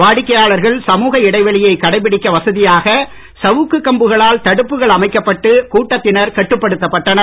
வாடிக்கையாளர்கள் சமூக இடைவெளியை கடைபிடிக்க வசதியாக சவுக்கு கம்புகளால் தடுப்புகள் அமைக்கப்பட்டு கூட்டத்தினர் கட்டுப்படுத்தப்பட்டனர்